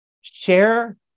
Share